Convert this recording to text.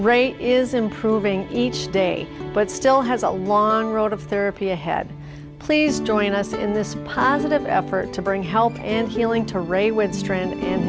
rate is improving each day but still has a long road of therapy ahead please join us in this positive effort to bring help and healing